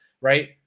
right